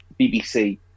BBC